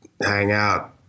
hangout